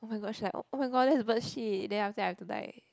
oh-my-god she like oh-my-god that is bird shit then after that I be like